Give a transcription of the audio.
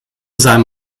seinem